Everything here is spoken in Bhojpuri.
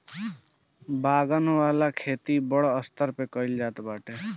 बागन वाला खेती बड़ स्तर पे कइल जाता बाटे